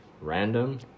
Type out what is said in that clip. random